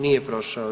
Nije prošao.